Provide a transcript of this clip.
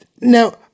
Now